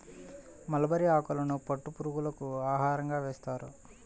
mulberry ఆకులను పట్టు పురుగులకు ఆహారంగా వేస్తారు